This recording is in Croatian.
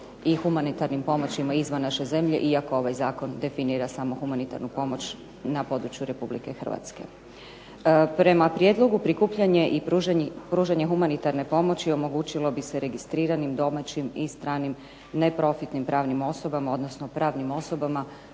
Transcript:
i humanitarnim pomoćima izvan naše zemlje iako ovaj zakon definira samo humanitarnu pomoć na području RH. Prema prijedlogu prikupljanje i pružanje humanitarne pomoći omogućilo bi se registriranim, domaćim i stranim neprofitnim pravnim osobama, odnosno pravnim osobama